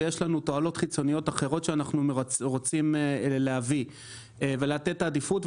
ויש לנו תועלות חיצוניות אחרות שאנחנו רוצים להביא ולתת עדיפות.